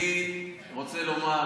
רוצה לומר,